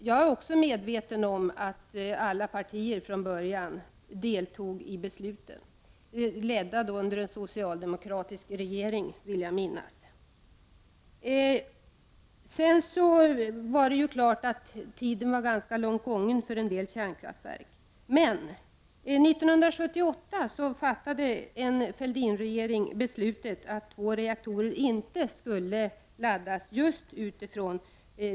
Jag är också medveten om att alla partier från början deltog i besluten — under ledning av en socialdemokratisk regering, vill jag minnas. Sedan var det klart att tiden var ganska långt gången för en del kärnkraftverk. 1978 fattade en Fälldinregering beslutet att två reaktorer inte skulle laddas.